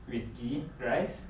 with ghee rice